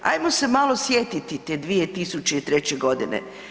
Ajmo se malo sjetiti te 2003. godine.